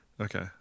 Okay